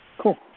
cool